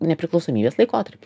nepriklausomybės laikotarpį